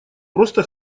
просто